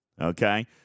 Okay